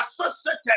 associated